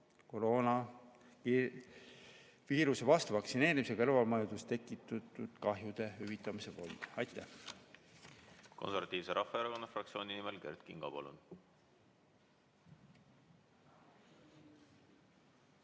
koroonaviiruse vastu vaktsineerimise kõrvalmõjudest tekitatud kahjude hüvitamise fond. Aitäh! Konservatiivse Rahvaerakonna fraktsiooni nimel Kert Kingo, palun!